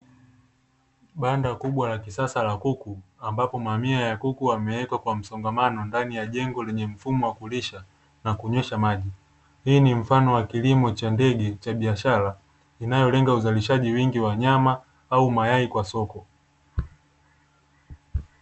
Banda kubwa la kisasa la kuku, ambapo mamia ya kuku wamewekwa kwa msongamano ndani ya jengo lenye mfumo wa kulisha na kunywesha maji. Hii ni mfano wa kilimo cha ndege cha biashara inayolenga uzalishaji mwingi wa nyama au mayai kwa soko.